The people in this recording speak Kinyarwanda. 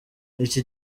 iki